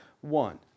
one